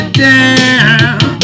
down